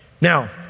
Now